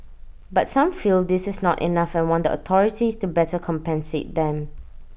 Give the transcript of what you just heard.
but some feel this is not enough and want the authorities to better compensate them